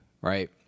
right